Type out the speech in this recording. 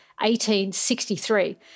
1863